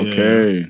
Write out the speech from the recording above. Okay